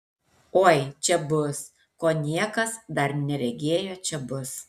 oi čia bus ko niekas dar neregėjo čia bus